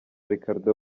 ricardo